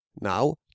Now